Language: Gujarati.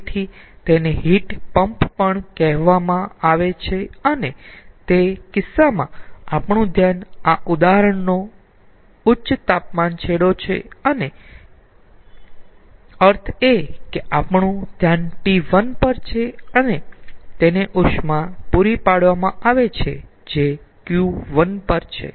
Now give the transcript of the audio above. તેથી તેને હીટ પંપ પણ કહેવામાં આવે છે અને તે કિસ્સામાં આપણુ ધ્યાન આ ઉદાહરણનો ઉચ્ચ તાપમાન છેડો છે એનો અર્થ એ કે આપણું ધ્યાન T1 પર છે અને તેને ઉષ્મા પુરી પાડવામાં આવે છે જે Q1 છે